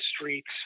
streets